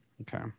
okay